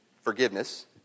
forgiveness